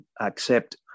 accept